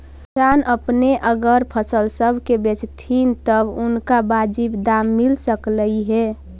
किसान अपने अगर फसल सब के बेचतथीन तब उनकरा बाजीब दाम मिल सकलई हे